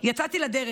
יצאתי לדרך.